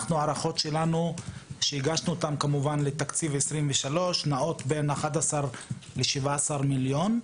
ההערכות שלנו שהגשנו לתקציב 2023 נעות בין 11 ל-17 מיליון.